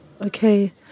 Okay